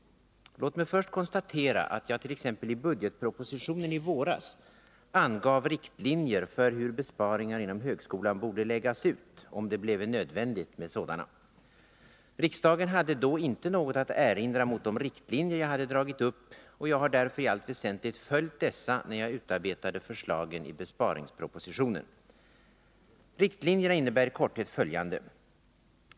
Låt mig först konstatera att jag t.ex. i budgetpropositionen i våras angav riktlinjer för hur besparingar inom högskolan borde läggas ut, om det bleve nödvändigt med sådana. Riksdagen hade då inte något att erinra mot de riktlinjer jag hade dragit upp, och jag har därför i allt väsentligt följt dessa, när jag utarbetat förslagen i besparingspropositionen. Riktlinjerna innebär i korthet följande.